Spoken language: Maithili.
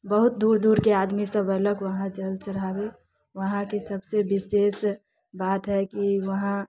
बहुत दूर दूरके आदमी सभ ऐलक उहाँ जल चढ़ाबे उहाँके सभसँ विशेष बात हय कि उहाँ